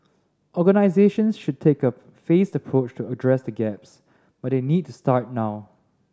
organisations should take a phased approach to address the gaps but they need to start now